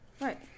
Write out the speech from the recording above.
Right